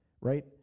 right